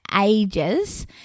ages